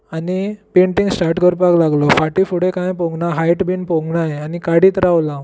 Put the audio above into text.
आनी painting start करपाक लागलो फाटीं फुडें काय पळोवंक ना हायट बी पळोवंक ना हायेन आनी काडीत रावलो हांव